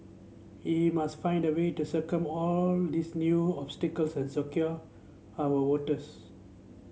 we must find a way to all these new obstacles and secure our waters